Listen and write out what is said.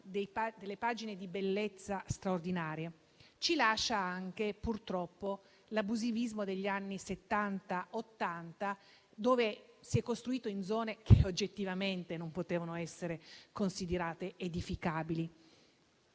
delle pagine di bellezza straordinarie. Ci lascia anche, purtroppo, l'abusivismo degli anni Settanta e Ottanta, quando si è costruito in zone che oggettivamente non potevano essere considerate edificabili.